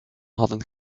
hadden